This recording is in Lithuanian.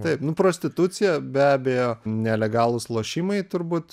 taip nu prostitucija be abejo nelegalūs lošimai turbūt